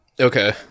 Okay